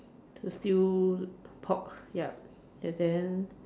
the stew pork ya and then